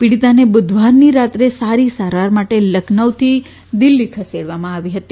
પીડીતાને બુધવારની રાત્રે સારી સારવાર માટે લખનઉથી દિલ્ફી લાવવામાં આવી હતી